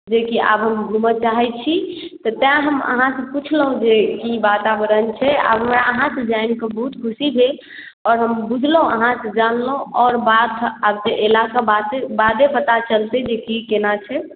जेकि आब हम घूमऽ चाहै छी तऽ तैं हम अहाँके पूछलहुॅं जे की वातावरण छै आब हमरा अहाँ सँ जानि के बहुत खुशी भेल आओर हम बुझलहुॅं अहाँसँ जानलहुॅं आओर बात एला के बादे पता चलते जे की केना छै